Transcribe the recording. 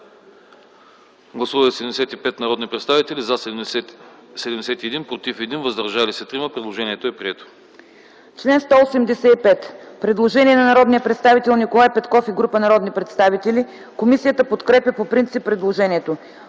Гласували 75 народни представители: за 71, против 1, въздържали се 3. Предложението е прието.